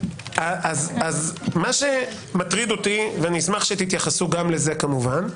מה שמטריד אותי ואשמח שתתייחסו גם לזה כמובן,